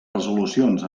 resolucions